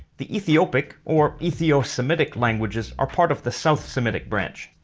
the ethiopic, or ethio-semitic, languages are part of the south semitic branch,